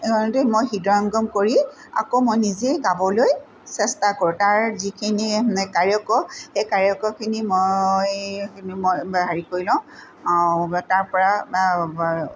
গানটো মই হৃদয়ঙ্গম কৰি আকৌ মই নিজে গাবলৈ চেষ্টা কৰোঁ তাৰ যিখিনি মানে কাৰ্যক সেই কাৰ্যকখিনি মই মই হেৰি কৰি লওঁ তাৰপৰা